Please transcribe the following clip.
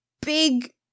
big